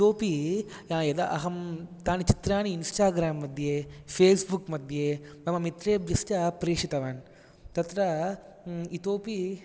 इतोऽपि यदा अहं तानि चित्राणि इन्स्टाग्रेम् मध्ये फेस्बुक् मध्ये मम मित्रेभ्यश्च प्रेषितवान् तत्र इतोऽपि